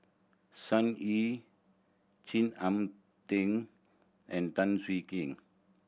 Sun Yee Chin Arn Ting and Tan Swie Kian